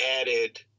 added